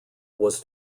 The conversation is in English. was